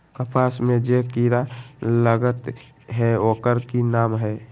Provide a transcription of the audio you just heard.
कपास में जे किरा लागत है ओकर कि नाम है?